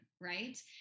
right